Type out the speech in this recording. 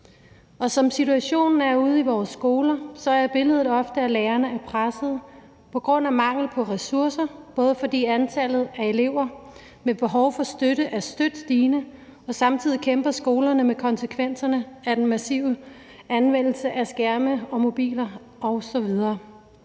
Som situationen er ude i vores skoler, er billedet ofte sådan, at lærerne er pressede på grund af mangel på ressourcer, både fordi antallet af elever med behov for støtte er støt stigende, og fordi skolerne samtidig kæmper med konsekvenserne af den massive anvendelse af skærme og mobiler osv.